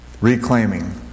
Reclaiming